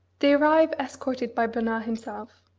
they arrive escorted by bernard himself.